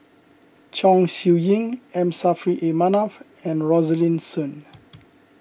Chong Siew Ying M Saffri A Manaf and Rosaline Soon